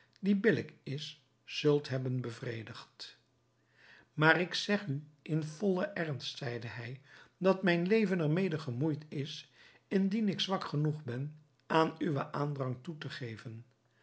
die billijk is zult hebben bevredigd maar ik zeg u in vollen ernst zeide hij dat mijn leven er mede gemoeid is indien ik zwak genoeg ben aan uwen aandrang toe te geven